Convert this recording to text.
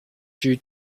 due